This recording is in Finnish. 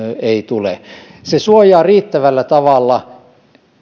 ei tule se suojaa riittävällä tavalla